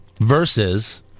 versus